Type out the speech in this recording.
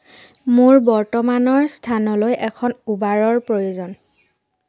মোৰ বৰ্তমানৰ স্থানলৈ এখন উবাৰৰ প্ৰয়োজন